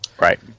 Right